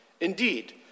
Indeed